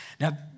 Now